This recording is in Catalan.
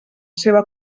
seva